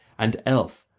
and elf,